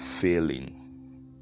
failing